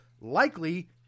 likely